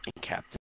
Captain